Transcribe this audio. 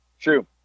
True